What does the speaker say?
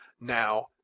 now